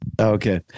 Okay